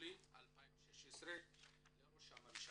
ביולי 2016 לראש הממשלה.